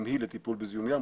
גם היא לטיפול בזיהום ים.